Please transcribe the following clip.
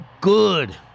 good